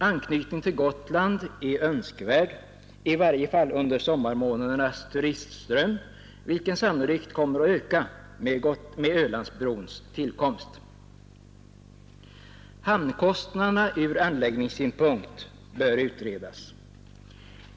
Anknytning med Öland är önskvärd, i varje fall under sommarmånadernas turistström, vilken sannolikt kommer att öka med Ölandsbrons tillkomst. Hamnkostnaderna ur anläggningssynpunkt bör utredas.